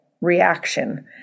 reaction